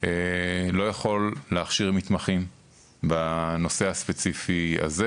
לא יכול להכשיר מתמחים בנושא הספציפי הזה.